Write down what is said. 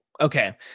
okay